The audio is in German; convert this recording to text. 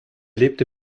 lebte